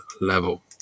level